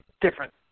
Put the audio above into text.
different